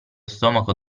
stomaco